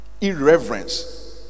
Irreverence